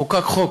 חוקק חוק,